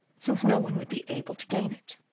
since no one would be able to gain it.